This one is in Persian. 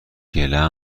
گله